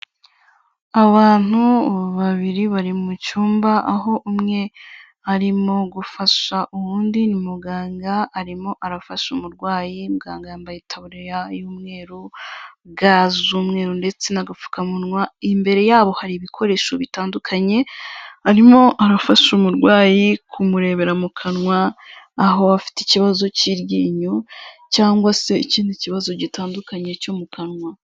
Abantu babiri bari mu cyumba, aho umwe arimo gufasha uwundi, ni muganga, arimo arafasha umurwayi, muganga yambaye itaburiya y'umweru, ga z'umweru ndetse na agapfukamunwa, imbere yabo hari ibikoresho bitandukanye, arimo arafasha umurwayi kumurebera mu kanwa, aho afite ikibazo cy'iryinyo cyangwa se ikindi kibazo gitandukanye cyo mu kanwa.